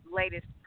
latest